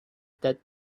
that